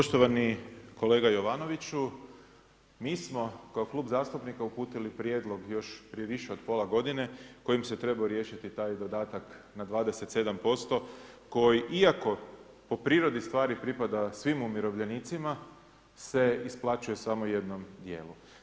Poštovani kolega Jovanoviću, mi smo kako klub zastupnika uputili prijedlog još prije više od pola godine kojim se trebao riješiti taj dodatak na 27% koji iako po prirodi stvari pripada svim umirovljenicima se isplaćuje samo jednom dijelu.